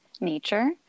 nature